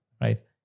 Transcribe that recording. right